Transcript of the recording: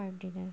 dinner